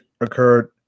occurred